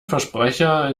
versprecher